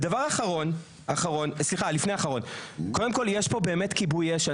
דבר לפני אחרון: קודם כל, יש פה באמת כיבוי אש.